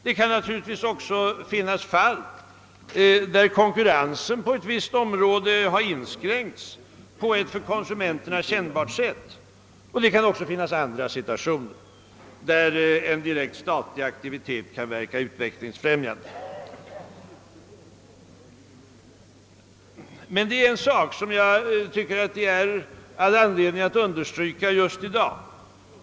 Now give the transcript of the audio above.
Statlig etablering kan också förekomma då konkurrensen på ett visst område har inskränkts på ett för konsumenterna kännbart sätt. även i andra situationer kan en direkt statlig aktivitet verka utvecklingsfrämjande. Men det är en sak som jag tycker att det finns all anledning att understryka just i dag.